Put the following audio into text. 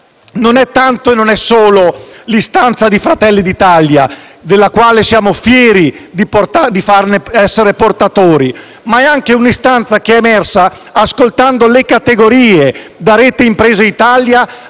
non è tanto e non è solo l'istanza di Fratelli d'Italia, della quale siamo fieri di essere portatori, ma è anche un'istanza che è emersa ascoltando le categorie, da Rete Impresa Italia